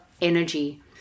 energy